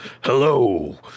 hello